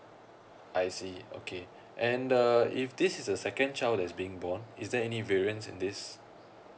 I see okay and uh if this is the second child that is being born is there any variance in this